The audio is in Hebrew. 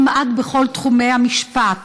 כמעט בכל תחומי המשפט.